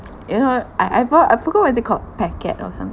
you know I I bought I forgot what is it called packet or something